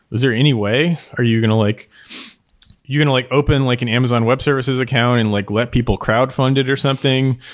is there any way? are you going to like and like open like an amazon web services account and like let people crowd fund it or something?